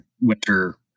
winter